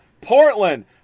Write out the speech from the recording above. Portland